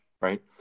right